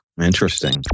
Interesting